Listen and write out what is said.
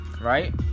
right